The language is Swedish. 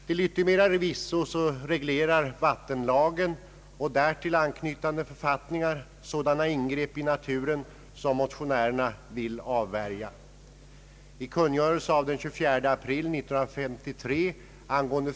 Till yttermera visso reglerar vattenlagen och därtill anknytande författningar sådana ingrepp i naturen som motionärerna vill avvärja. I kungörelse av den 24 april 1953 ang.